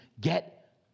get